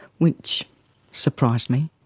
which surprised me.